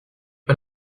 pas